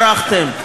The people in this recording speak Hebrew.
ברחתם,